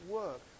work